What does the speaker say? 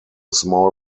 small